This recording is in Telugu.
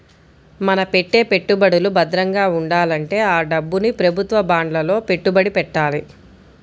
మన పెట్టే పెట్టుబడులు భద్రంగా ఉండాలంటే ఆ డబ్బుని ప్రభుత్వ బాండ్లలో పెట్టుబడి పెట్టాలి